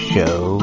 Show